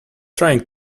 trying